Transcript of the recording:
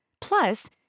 Plus